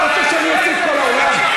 אתה רוצה שאוציא את כל האולם?